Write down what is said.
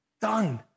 Done